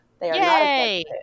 Yay